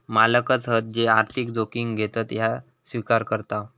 मालकच हत जे आर्थिक जोखिम घेतत ह्या स्विकार करताव